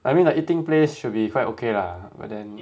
I mean like eating place should be quite okay lah but then